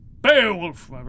Beowulf